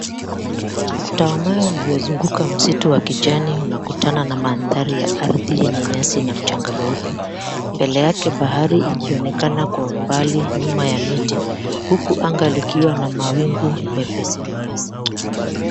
Ukuta wa mawe uliozunguka msitu wa kijani una kutana na mandhari ya arthi yenye nyasi na mchanga mweupe. Mbele yake bahari ikionekana kwa umbali nyuma ya miti. Huku anga ikiwa na mawingu mwepesi mwepesi.